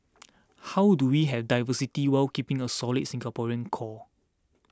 how do we have diversity whilst keeping a solid Singaporean core